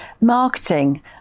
marketing